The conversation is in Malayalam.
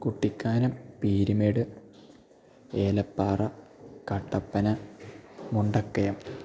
കുട്ടിക്കാനം പീരിമേട് ഏലപ്പാറ കട്ടപ്പന മുണ്ടക്കയം